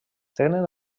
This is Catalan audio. tenen